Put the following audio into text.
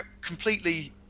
completely